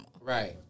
right